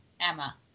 Emma